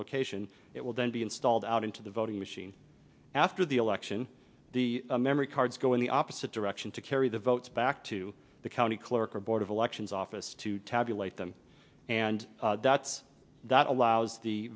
location it will then be installed out into the voting machine after the election the memory cards go in the opposite direction to carry the votes back to the county clerk or board of elections office to tabulate them and that's that allows the